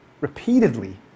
repeatedly